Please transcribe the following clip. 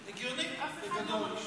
אף אחד לא מקשיב.